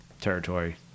territory